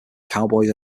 cowboys